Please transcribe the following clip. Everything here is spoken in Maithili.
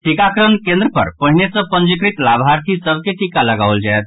टीकाकरण केन्द्र पर पहिने सँ पंजीकृत लाभार्थी सभ के टीका लागाओल जायत